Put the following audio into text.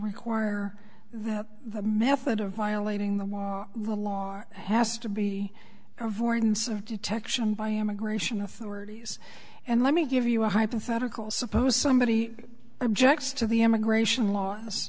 require that the method of violating the law has to be avoidance of detection by immigration authorities and let me give you a hypothetical suppose somebody objects to the immigration laws